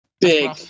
big